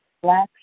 black